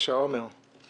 חבר הכנסת עמר בר לב.